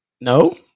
No